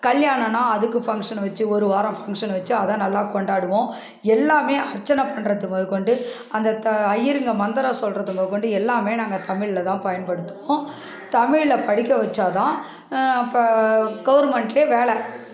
கல்யாணம்னா அதுக்கு ஃபங்க்ஷன் வச்சு ஒரு வாரம் ஃபங்க்ஷன் வச்சு அதை நல்லா கொண்டாடுவோம் எல்லாமே அர்ச்சனை பண்ணுறது முதக்கொண்டு அந்த அய்யருங்க மந்திரம் சொல்கிறது முதக்கொண்டு எல்லாமே நாங்கள் தமிழ்ல தான் பயன் படுத்துவோம் தமிழ்ல படிக்கவச்சால் தான் அப்போ கவர்மெண்ட்லே வேலை